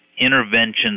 interventions